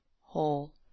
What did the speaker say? whole